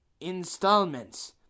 installments